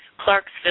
Clarksville